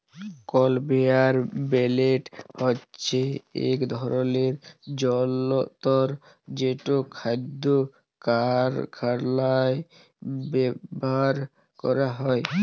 conveyor belt হছে ইক ধরলের জলতর যেট খাদ্য কারখালায় ব্যাভার ক্যরা হয়